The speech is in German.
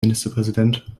ministerpräsident